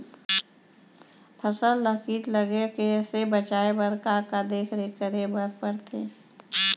फसल ला किट लगे से बचाए बर, का का देखरेख करे बर परथे?